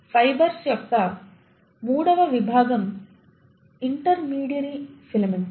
fibres యొక్క మూడవ విభాగం ఇంటర్మీడియరీ ఫిలమెంట్స్